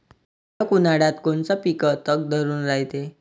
कडक उन्हाळ्यात कोनचं पिकं तग धरून रायते?